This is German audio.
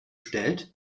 stellt